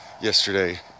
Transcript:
Yesterday